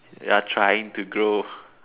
you're trying to grow